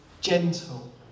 gentle